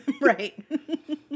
Right